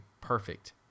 perfect